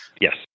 Yes